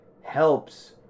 helps